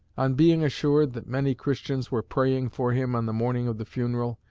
on being assured that many christians were praying for him on the morning of the funeral,